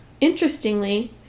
Interestingly